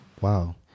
wow